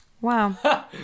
Wow